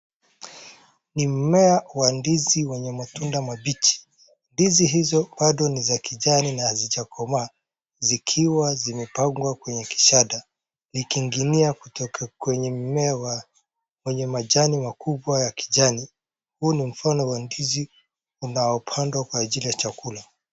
Ni mmea wa ndizi wenye matunda mabichi. Ndizi hizo bado ni za kijani na hazijakomaa, zikiwa zimepangwa kwenye kishada. Likiingilia kutoka kwenye mmea wenye majani makubwa ya kijani. Huu ni mfano wa ndizi ambao hupandwa kwa ajili ya chakula.